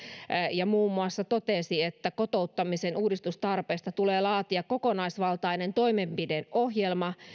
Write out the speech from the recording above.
ja totesi muun muassa että kotouttamisen uudistustarpeista tulee laatia kokonaisvaltainen toimenpideohjelma